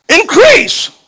Increase